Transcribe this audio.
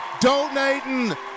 donating